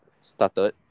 started